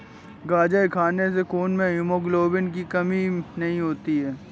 गाजर खाने से खून में हीमोग्लोबिन की कमी नहीं होती